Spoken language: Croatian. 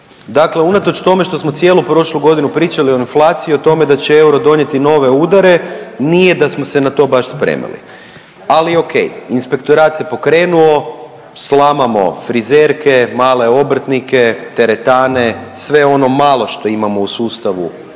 dakle unatoč tome što smo cijelu prošlu godinu pričali o inflaciji i o tome da će euro donijeti nove udare nije da smo se na to baš spremali, ali okej inspektorat se pokrenuo, slamamo frizerke, male obrtnike, teretane, sve ono malo što imamo u sustavu